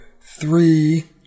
three